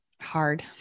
hard